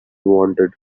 wanted